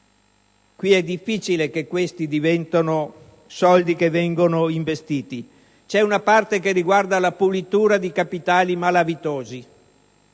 ed è difficile che questi soldi vengano investiti. C'è poi una parte che riguarda la pulitura di capitali malavitosi;